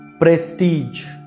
Prestige